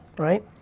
Right